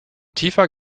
tiefer